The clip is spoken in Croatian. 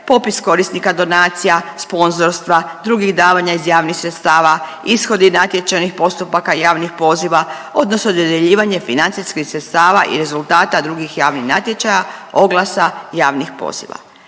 popis korisnika donacija, sponzorstva, drugih davanja iz javnih sredstava, ishodi natječajnih postupaka i javnih poziva odnosno dodjeljivanje financijskih sredstava i rezultata drugih javnih natječaja, oglasa i javnih poziva.